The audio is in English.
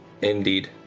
Indeed